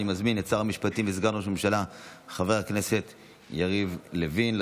אני מזמין לדוכן את שר המשפטים וסגן ראש הממשלה חבר הכנסת יריב לוין.